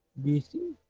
bc